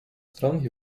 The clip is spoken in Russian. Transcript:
стран